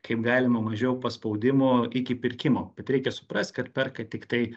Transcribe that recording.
kaip galima mažiau paspaudimo iki pirkimo bet reikia suprast kad perka tiktai